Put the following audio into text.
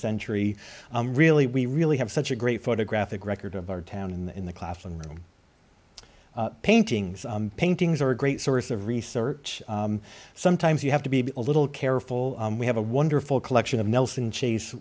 century really we really have such a great photographic record of our town in the classroom paintings paintings are a great source of research sometimes you have to be a little careful we have a wonderful collection of nelson ch